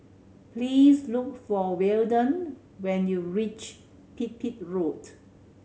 please look for Weldon when you reach Pipit Road